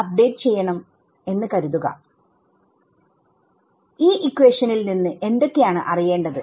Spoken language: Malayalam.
അപ്ഡേറ്റ് ചെയ്യണംഎന്ന് കരുതുക ഈ ഇക്വേഷനിൽ നിന്ന് എന്തൊക്കെയാണ് അറിയേണ്ടത്